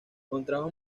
contrajo